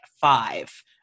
five